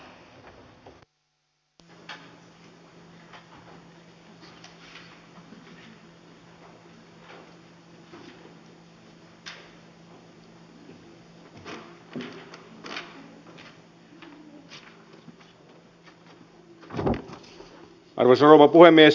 arvoisa rouva puhemies